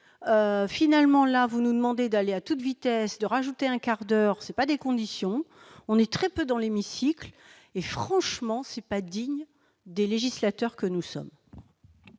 finalement, là vous nous demandez d'aller à toute vitesse de rajouter un quart d'heure, c'est pas des conditions, on est très peu dans l'hémicycle et franchement ce n'est pas digne des législateurs que nous sommes.